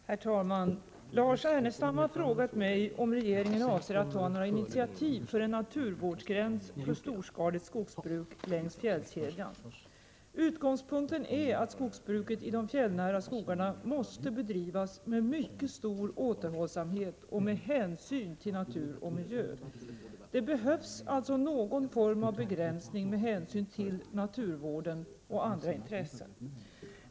Herr talman! Lars Ernestam har frågat mig om regeringen avser att ta några initiativ för en naturvårdsgräns för storskaligt skogsbruk längs fjällkedjan. Utgångspunkten är att skogsbruket i de fjällnära skogarna måste bedrivas med mycket stor återhållsamhet och med hänsyn till natur och miljö. Det behövs alltså någon form av begränsning med hänsyn till naturvården och andra intressen.